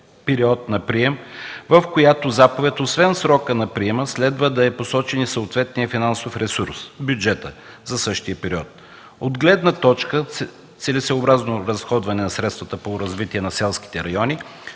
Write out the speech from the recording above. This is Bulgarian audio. период на прием, в която заповед освен срока на приема следва да е посочен и съответният финансов ресурс – бюджетът за същия период. От гледна точка на целесъобразно изразходване на средствата по развитие на селските райони